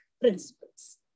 principles